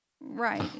right